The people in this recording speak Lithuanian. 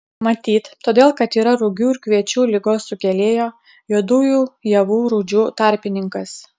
matyt todėl kad yra rugių ir kviečių ligos sukėlėjo juodųjų javų rūdžių tarpininkas